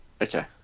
okay